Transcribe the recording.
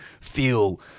feel